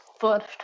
first